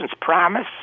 promise